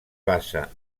basa